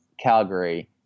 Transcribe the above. Calgary